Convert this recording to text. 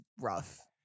rough